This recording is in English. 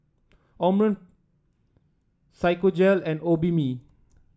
Omron Physiogel and Obimin